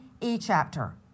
e-chapter